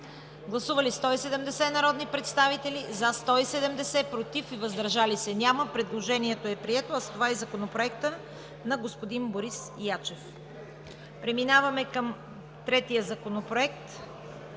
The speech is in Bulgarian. Гласували 170 народни представители: за 170, против и въздържали се няма. Предложението е прието, а с това и Законопроектът на господин Борис Ячев. Преминаваме към гласуване на третия Законопроект